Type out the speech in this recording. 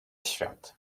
świat